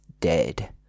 dead